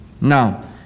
Now